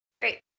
Great